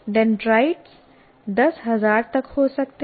dendrite 10000 तक हो सकते हैं